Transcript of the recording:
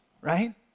right